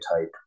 type